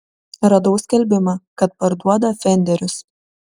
radau skelbimą kad parduoda fenderius